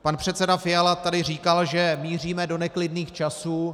Pan předseda Fiala tady říkal, že míříme do neklidných časů.